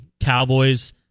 Cowboys